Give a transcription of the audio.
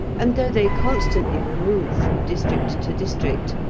and though they constantly remove from district to district,